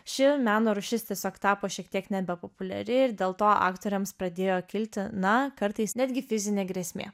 ši meno rūšis tiesiog tapo šiek tiek nebepopuliari ir dėl to aktoriams pradėjo kilti na kartais netgi fizinė grėsmė